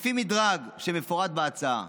לפי מדרג שמפורט בהצעה.